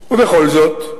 ובכל זאת,